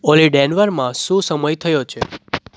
ઓલી ડેનવરમાં શું સમય થયો છે